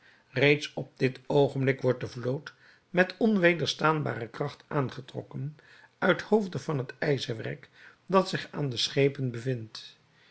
reeds op dit oogenblik wordt de vloot met onwederstaanbare kracht aangetrokken uithoofde van het ijzerwerk dat zich aan de schepen bevindt